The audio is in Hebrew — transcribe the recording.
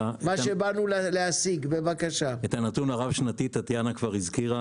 את הנתון הרב שנתי טטיאנה הזכירה.